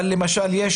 אבל למשל יש